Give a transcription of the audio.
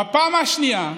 בפעם השנייה,